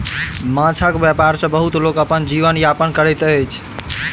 माँछक व्यापार सॅ बहुत लोक अपन जीवन यापन करैत अछि